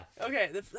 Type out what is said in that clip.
Okay